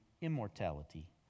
immortality